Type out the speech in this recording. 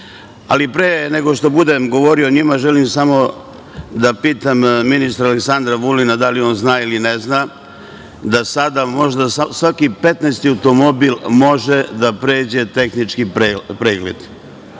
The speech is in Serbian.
ali pre nego što budem govorio o njima, želim samo da pitam ministra Aleksandra Vulina da li on zna ili ne zna da sada možda svaki 15-ti automobil može da prođe tehnički pregled.